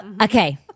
Okay